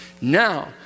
Now